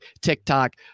TikTok